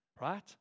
right